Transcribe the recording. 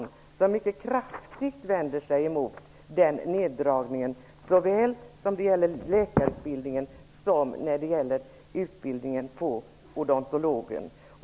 Han vänder sig mycket kraftigt emot de här neddragningarna, såväl den inom läkarutbildningen som den på Odontologen.